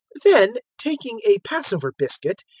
then, taking a passover biscuit,